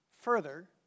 further